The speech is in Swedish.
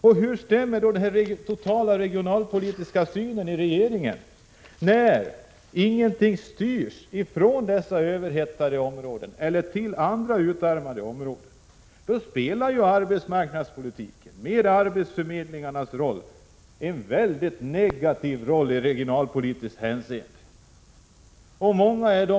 Och hur stämmer det med den totala regionalpolitiska synen inom regeringen att ingenting styrs från överhettade områden till utarmade områden? Regeringens arbetsförmedlingspolitik Prot. 1986/87:94 spelar, genom arbetsförmedlingarnas medverkan, en mycket negativ roll i 25 mars 1987 regionalpolitiskt hänseende.